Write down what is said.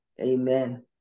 Amen